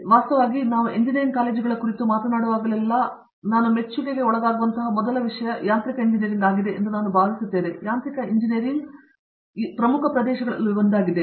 ಮತ್ತು ವಾಸ್ತವವಾಗಿ ನಾವು ಎಂಜಿನಿಯರಿಂಗ್ ಕಾಲೇಜುಗಳ ಕುರಿತು ಮಾತನಾಡುವಾಗಲೆಲ್ಲಾ ನಾನು ಮೆಚ್ಚುಗೆಗೆ ಒಳಗಾಗುವಂತಹ ಮೊದಲ ವಿಷಯ ಯಾಂತ್ರಿಕ ಎಂಜಿನಿಯರಿಂಗ್ ಆಗಿದೆ ಎಂದು ನಾನು ಭಾವಿಸುತ್ತೇನೆ ಯಾಂತ್ರಿಕ ಎಂಜಿನಿಯರಿಂಗ್ ಅದು ಇರುವ ಪ್ರಮುಖ ಪ್ರದೇಶಗಳಲ್ಲಿ ಒಂದಾಗಿದೆ